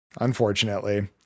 unfortunately